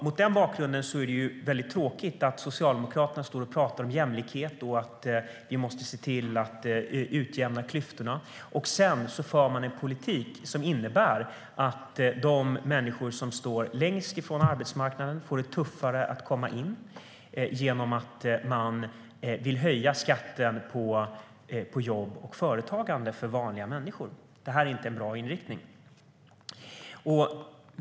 Mot den bakgrunden är det tråkigt att Socialdemokraterna står och pratar om jämlikhet och om att vi måste se till att minska klyftorna och sedan för en politik som innebär att de människor som står längst från arbetsmarknaden får det tuffare att komma in genom att man vill höja skatten på jobb och företagande för vanliga människor. Det är inte en bra inriktning.